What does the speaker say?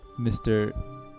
Mr